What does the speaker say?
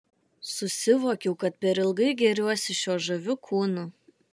susivokiau kad per ilgai gėriuosi šiuo žaviu kūnu